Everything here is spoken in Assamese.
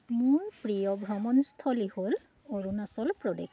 মোৰ প্ৰিয় ভ্ৰমণস্থলী হ'ল অৰুণাচল প্ৰদেশ